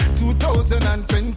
2020